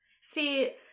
See